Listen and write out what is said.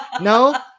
no